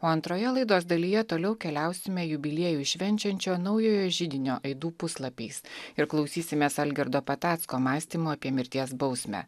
o antroje laidos dalyje toliau keliausime jubiliejų švenčiančio naujojo židinio aidų puslapiais ir klausysimės algirdo patacko mąstymo apie mirties bausmę